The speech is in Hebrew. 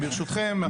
ברשותכם,